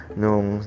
nung